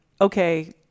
okay